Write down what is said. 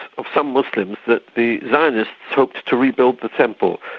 of some muslims, that the zionists hoped to rebuild the temple.